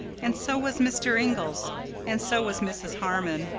and so was mr. inglis and so was mrs. harmon.